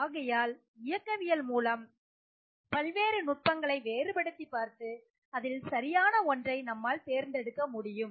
ஆகையால் இயக்கவியல் மூலம் பல்வேறு நுட்பங்களை வேறுபடுத்தி பார்த்து அதில் சரியான ஒன்றை நம்மால் தேர்ந்தெடுக்க முடியும்